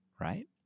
right